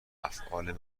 افعال